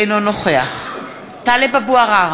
אינו נוכח טלב אבו עראר,